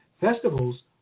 festivals